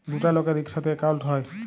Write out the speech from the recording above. দুটা লকের ইকসাথে একাউল্ট হ্যয়